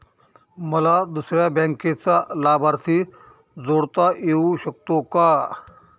मला दुसऱ्या बँकेचा लाभार्थी जोडता येऊ शकतो का?